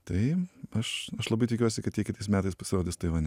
tai aš labai tikiuosi kad jie kitais metais pasirodys taivane